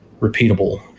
repeatable